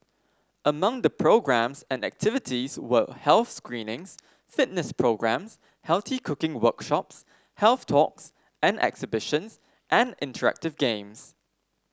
among the programmes and activities were health screenings fitness programmes healthy cooking workshops health talks and exhibitions and interactive games